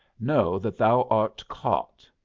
know that thou art caught.